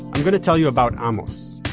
i'm going to tell you about amos.